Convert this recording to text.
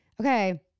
okay